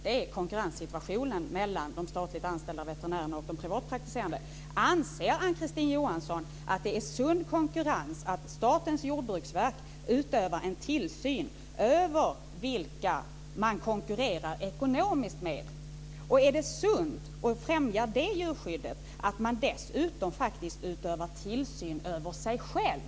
Det är konkurrenssituationen mellan de statligt anställda veterinärerna och de privatpraktiserande. Anser Ann-Kristine Johansson att det är sund konkurrens att Statens jordbruksverk utövar tillsyn över vilka man konkurrerar med ekonomiskt? Är det sunt att främja djurskyddet genom att man dessutom utövar tillsyn över sig själv?